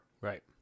Right